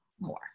more